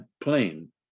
plane